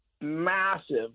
massive